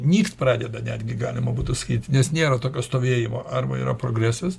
nykt pradeda netgi galima būtų sakyt nes nėra tokio stovėjimo arba yra progresas